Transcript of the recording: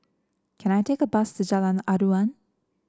can I take a bus to Jalan Aruan